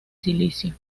silicio